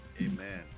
Amen